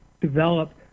develop